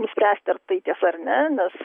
nuspręsti ar tai tiesa ar ne nes